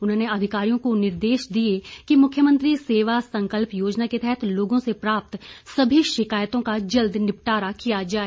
उन्होने अधिकारियों को निर्देश दिए कि मुख्यमंत्री सेवा संकल्प योजना के तहत लोगों से प्राप्त सभी शिकायतों का जल्द निपटारा किया जाए